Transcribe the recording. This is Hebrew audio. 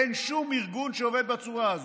אין שום ארגון שעובד בצורה הזו,